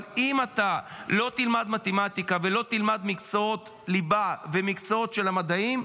אבל אם אתה לא תלמד מתמטיקה ולא תלמד מקצועות ליבה ומקצועות של המדעים,